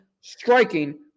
striking